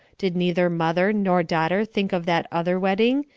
did neither mother nor daughter think of that other wedding,